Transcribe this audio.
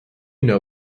know